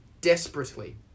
desperately